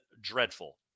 dreadful